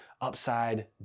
upside